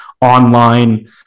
online